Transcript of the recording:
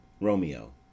Romeo